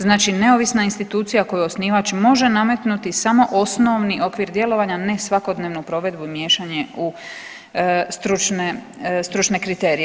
Znači neovisna institucija koju osnivač može nametnuti samo osnovni okvir djelovanja nesvakodnevnu provedbu miješanje u stručne kriterije.